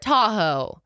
Tahoe